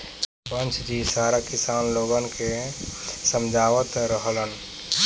सरपंच जी सारा किसान लोगन के समझावत रहलन